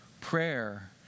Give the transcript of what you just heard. prayer